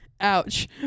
Ouch